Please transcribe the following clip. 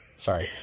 Sorry